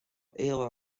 ella